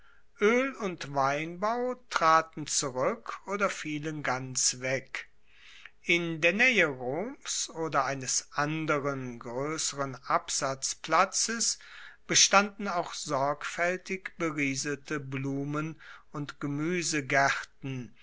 oel und weinbau traten zurueck oder fielen ganz weg in der naehe roms oder eines anderen groesseren absatzplatzes bestanden auch sorgfaeltig berieselte blumen und gemuesegaerten